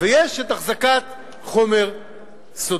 ויש החזקת חומר סודי.